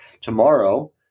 Tomorrow